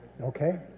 okay